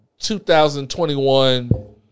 2021